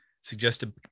suggested